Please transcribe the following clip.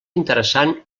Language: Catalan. interessant